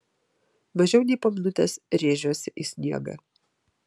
mažiau nei po minutės rėžiuosi į sniegą